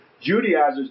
Judaizers